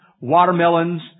watermelons